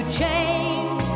change